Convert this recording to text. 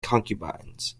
concubines